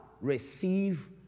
receive